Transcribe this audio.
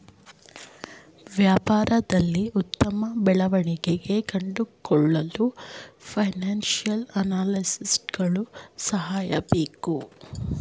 ವ್ಯಾಪಾರದಲ್ಲಿ ಉತ್ತಮ ಬೆಳವಣಿಗೆ ಕಂಡುಕೊಳ್ಳಲು ಫೈನಾನ್ಸಿಯಲ್ ಅನಾಲಿಸ್ಟ್ಸ್ ಗಳ ಸಹಾಯ ಬೇಕು